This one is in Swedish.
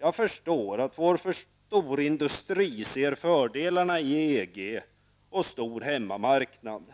Jag förstår att vår storindustri ser fördelar i EG och stor hemmamarknad.